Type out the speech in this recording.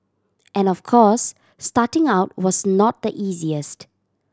and of course starting out was not the easiest